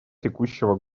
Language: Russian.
текущего